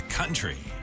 country